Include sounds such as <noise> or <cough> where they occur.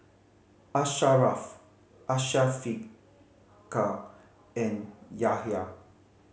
Asharaff <unintelligible> and Yahya